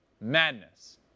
Madness